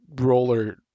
roller